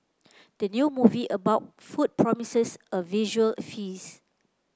the new movie about food promises a visual feast